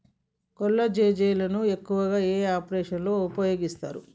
కొల్లాజెజేని ను ఎక్కువగా ఏ ఆపరేషన్లలో ఉపయోగిస్తారు?